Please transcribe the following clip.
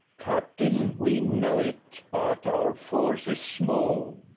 captain, we know it but our force is small.